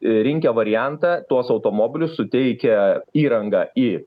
rinkę variantą tuos automobilius suteikia įrangą į